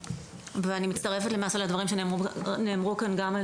ואני מצטרפת למעשה לדברים שנאמרו כאן גם על